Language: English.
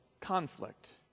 conflict